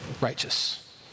righteous